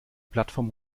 plattform